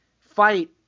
fight